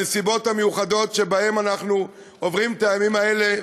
בנסיבות המיוחדות שבהן אנחנו עוברים את הימים האלה.